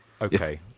Okay